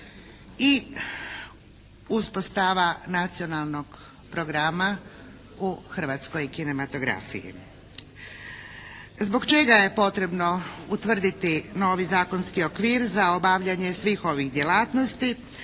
i uspostava nacionalnog programa u hrvatskoj kinematografiji. Zbog čega je potrebno utvrditi novi zakonski okvir za obavljanje svih ovih djelatnosti